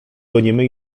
gonimy